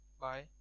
bye